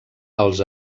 els